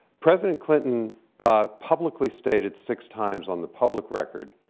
president clinton publicly stated six times, on the public record,